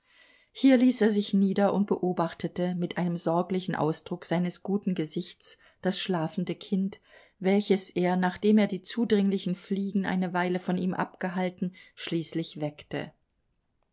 hier ließ er sich nieder und beobachtete mit einem sorglichen ausdruck seines guten gesichts das schlafende kind welches er nachdem er die zudringlichen fliegen eine weile von ihm abgehalten schließlich weckte